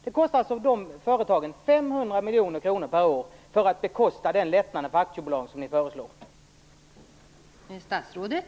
Den lättnad för aktiebolagen som ni föreslår kostar alltså de här företagen 500